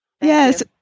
Yes